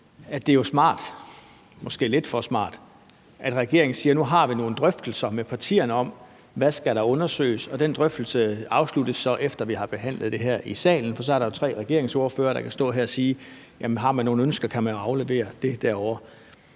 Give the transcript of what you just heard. det jo er smart – måske lidt for smart – at regeringen siger: Nu har vi nogle drøftelser med partierne om, hvad der skal undersøges, og de drøftelser afsluttes så, efter vi har behandlet det her i salen. For så er der jo tre regeringsordførere, der kan stå her og sige: Har man nogle ønsker, kan man jo aflevere dem derovre.